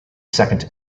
second